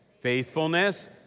faithfulness